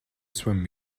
swim